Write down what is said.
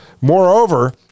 Moreover